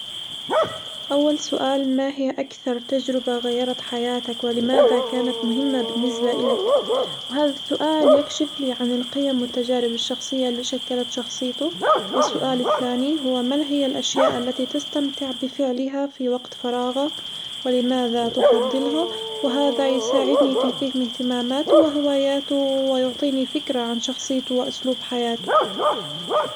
أول سؤال ما هي أكثر تجربة غيرت حياتك؟ ولماذا كانت مهمة بالنسبة إلك؟ وهذا السؤال يكشف لي عن القيم والتجارب الشخصية اللي شكلت شخصيته، والسؤال الثاني هو من هي الأشياء التي تستمتع بفعلها في وقت فراغك؟ ولماذا تفضلها؟ وهذا يساعدني في فهم اهتماماته وهواياته ويعطيني فكرة عن شخصيته وأسلوب حياته.